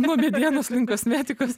nuo medienos link kosmetikos